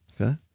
Okay